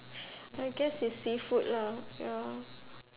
I guess it's seafood lah ya